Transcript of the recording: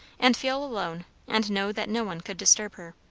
and feel alone, and know that no one could disturb her.